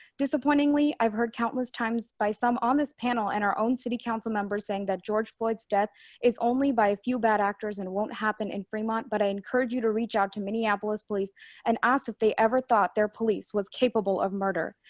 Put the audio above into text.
disappointingly, i've heard countless times by some on this panel and our own city council members saying that george floyd's death is only by a few bad actors and won't happen in fremont, but i encourage you to reach out to minneapolis police and ask if they ever thought their police was capable of murder.